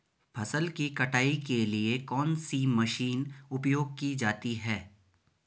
फसल की कटाई के लिए कौन सी मशीन उपयोग की जाती है?